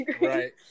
Right